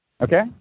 Okay